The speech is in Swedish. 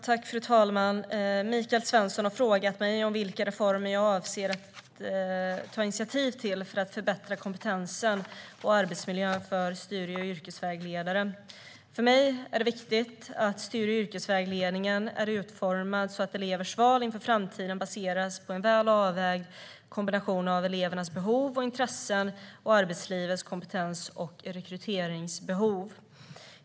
Fru talman! Michael Svensson har frågat mig vilka reformer jag avser att ta initiativ till för att förbättra kompetensen och arbetsmiljön för studie och yrkesvägledare. För mig är det viktigt att studie och yrkesvägledningen är utformad så att elevernas val inför framtiden baseras på en väl avvägd kombination av elevernas behov och intressen och arbetslivets kompetens och rekryteringsbehov.